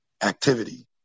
activity